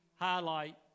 highlight